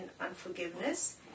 unforgiveness